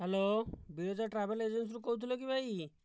hello Biraja travel ଏଜେନ୍ସିରୁ କହୁଥିଲେକି ଭାଇ